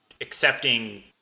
accepting